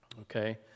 okay